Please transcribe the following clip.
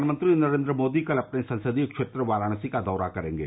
प्रधानमंत्री नरेन्द्र मोदी कल अपने संसदीय क्षेत्र वाराणसी का दौरा करेंगे